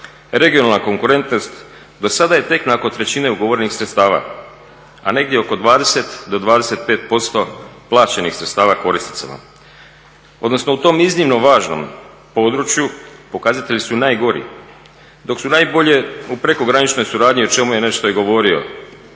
regionalna konkurentnost, dosada je tek nakon trećine ugovorenih sredstava a negdje i oko 20 do 25% plaćenih sredstava korisnicima odnosno u tom iznimno važnom području pokazatelji su najgori dok su najbolji u prekograničnoj suradnji o čemu je nešto i govorio